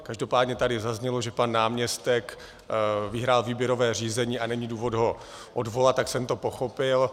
Každopádně tady zaznělo, že pan náměstek vyhrál výběrové řízení a není důvod ho odvolat, tak jsem to pochopil.